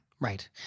Right